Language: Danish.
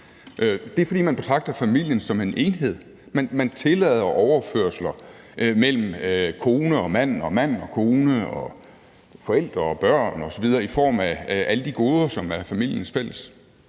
Det er, fordi man betragter familien som en enhed, man tillader overførsler mellem kone og mand og mand og kone og forældre og børn osv. i form af alle de goder, som er familiens fælles.